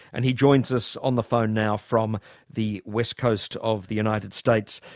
and he joins us on the phone now from the west coast of the united states.